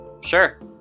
Sure